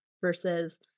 versus